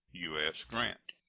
u s. grant.